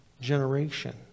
generation